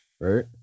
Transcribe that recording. Right